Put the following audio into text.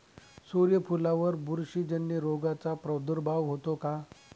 सूर्यफुलावर बुरशीजन्य रोगाचा प्रादुर्भाव होतो का?